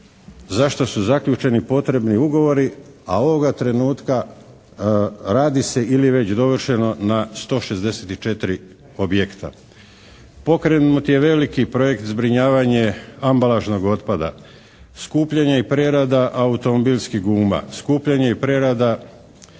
za što su zaključeni potrebni ugovori, a ovoga trenutka radi se ili je već dovršeno na 164 objekta. Pokrenut je veliki projekt zbrinjavanje ambalažnog otpada, skupljanje i prerada automobilskih guma, skupljanje i prerada